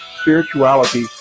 Spirituality